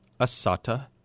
Asata